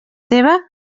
teva